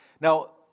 Now